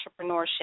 entrepreneurship